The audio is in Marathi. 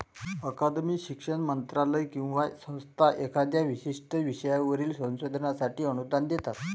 अकादमी, शिक्षण मंत्रालय किंवा संस्था एखाद्या विशिष्ट विषयावरील संशोधनासाठी अनुदान देतात